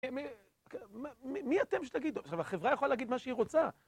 מי אתם שתגידו? עכשיו החברה יכולה להגיד מה שהיא רוצה.